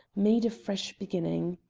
made a fresh beginning.